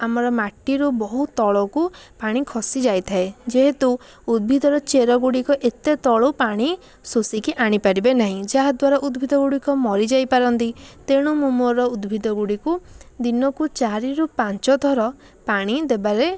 ଆମର ମାଟିରୁ ବହୁତ ତଳକୁ ପାଣି ଖସି ଯାଇଥାଏ ଯେହେତୁ ଉଦ୍ଭିଦ ର ଚେରଗୁଡ଼ିକ ଏତେ ତଳୁ ପାଣି ଶୋଷିକି ଆଣିପାରିବେ ନାହିଁ ଯାହାଦ୍ଵାରା ଉଦ୍ଭିଦଗୁଡ଼ିକ ମରିଯାଇପାରନ୍ତି ତେଣୁ ମୁଁ ମୋର ଉଦ୍ଭିଦଗୁଡ଼ିକୁ ଦିନକୁ ଚାରିରୁ ପାଞ୍ଚଥର ପାଣି ଦେବାରେ